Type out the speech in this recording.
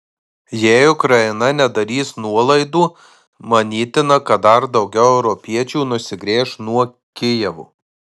jei ukraina nedarys nuolaidų manytina kad dar daugiau europiečių nusigręš nuo kijevo